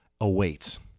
awaits